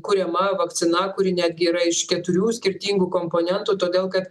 kuriama vakcina kuri netgi yra iš keturių skirtingų komponentų todėl kad